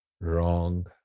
Wrong